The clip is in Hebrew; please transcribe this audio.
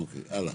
אוקיי, הלאה.